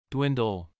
Dwindle